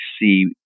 see